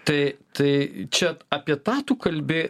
tai tai čia apie tą tu kalbi